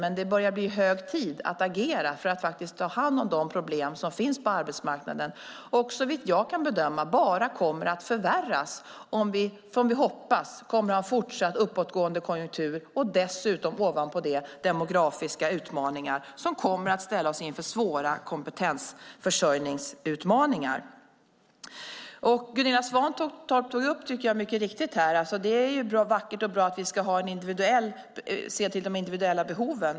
Men det börjar bli hög tid att agera för att ta hand om de problem som finns på arbetsmarknaden och som såvitt jag förstår kommer att förvärras om vi, som vi hoppas, kommer att ha en fortsatt uppåtgående konjunktur. Dessutom kommer ovanpå det demografiska utmaningar som kommer att ställa oss inför svåra kompetensförsörjningsutmaningar. Gunilla Svantorp tog mycket riktigt upp att det är vackert och bra att vi ska se till de individuella behoven hos varje arbetslös.